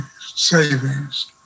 savings